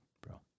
bro